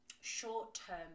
short-term